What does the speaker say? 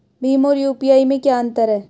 भीम और यू.पी.आई में क्या अंतर है?